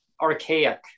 archaic